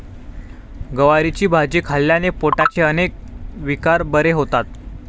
गवारीची भाजी खाल्ल्याने पोटाचे अनेक विकार बरे होतात